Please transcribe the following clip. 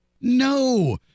No